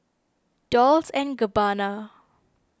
Dolce and Gabbana